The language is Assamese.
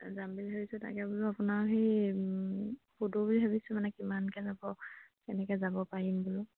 যাম বুলি ভাবিছোঁ তাকে বোলো আপোনাৰ সেই সোধো বুলি ভাবিছোঁ মানে কিমানকৈ যাব কেনেকৈ যাব পাৰিম বোলো